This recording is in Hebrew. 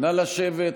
נא לשבת.